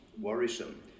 worrisome